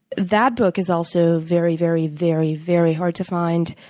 that book is also very, very, very, very hard to find.